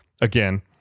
again